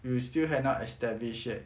you still had not established yet